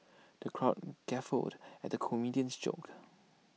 the crowd guffawed at the comedian's jokes